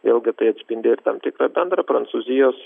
vėlgi tai atspindi ir tam tikrą bendrą prancūzijos